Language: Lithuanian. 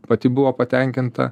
pati buvo patenkinta